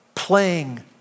playing